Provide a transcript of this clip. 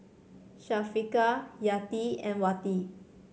Syafiqah Yati and Wati